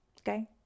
Okay